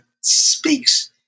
speaks